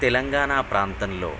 తెలంగాణ ప్రాంతంలో